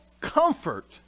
comfort